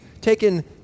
taken